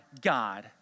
God